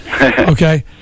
okay